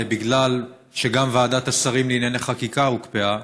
בגלל שגם ועדת השרים לענייני חקיקה הוקפאה